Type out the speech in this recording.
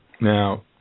Now